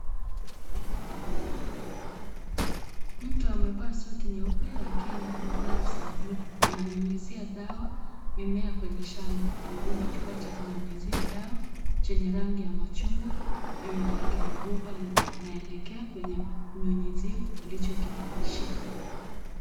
Mtu amevaa suti nyeupe ya kinga na glavu za buluu, ananyunyuzia dawa mimea kwenye shamba. Amebeba kifaa cha kunyunyuzia dawa chenye rangi ya machungwa. Nyuma yake ni bomba inelekea kwenye mnyunyuzio alichokishika.